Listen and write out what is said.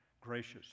Gracious